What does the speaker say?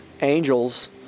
Angels